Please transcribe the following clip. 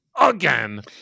again